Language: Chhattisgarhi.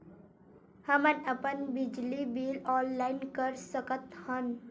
हमन अपन बिजली बिल ऑनलाइन कर सकत हन?